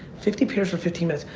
fifty pairs for fifteen minutes.